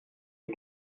des